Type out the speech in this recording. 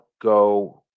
go